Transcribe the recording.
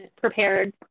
prepared